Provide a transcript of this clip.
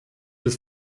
des